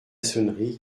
sonnerie